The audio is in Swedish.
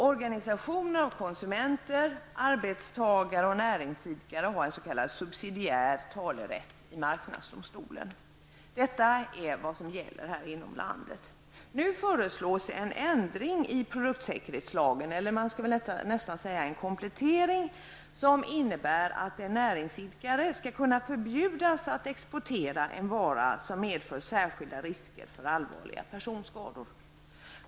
Organisationer med konsumenter, arbetstagare eller näringsidkare som medlemmar har en s.k. subsidiär talerätt i marknadsdomstolen. Detta är vad som gäller inom landet. Nu föreslås en ändring av produktsäkerhetslagen, eller rättare sagt en komplettering, som innebär att en näringsidkare skall kunna förbjudas att exportera en vara som medför särskilda risker för allvarliga personskador.